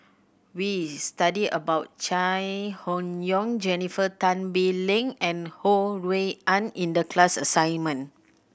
we studied about Chai Hon Yoong Jennifer Tan Bee Leng and Ho Rui An in the class assignment